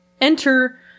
Enter